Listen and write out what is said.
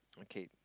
okay